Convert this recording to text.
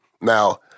Now